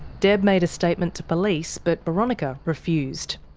deb made a statement to police, but boronika refused.